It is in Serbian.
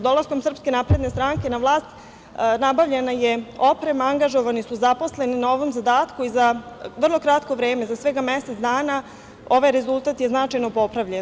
Dolaskom SNS na vlast nabavljena je oprema, angažovani su zaposleni na ovom zadatku i za vrlo kratko vreme, za svega mesec dana, ovaj rezultat je značajno popravljen.